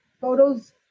photos